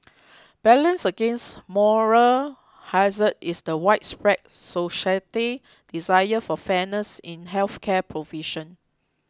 balanced against moral hazard is the widespread society desire for fairness in health care provision